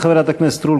חברת הכנסת רות